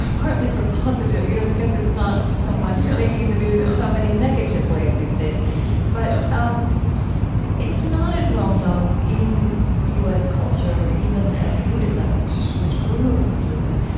partly for positive you know, because it's not so much making the news in so many negative ways these days yes but um it's not as well known in u s. culture even as buddhism, which which grew of hinduism.